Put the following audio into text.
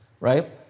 Right